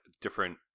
different